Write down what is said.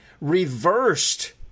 reversed